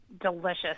delicious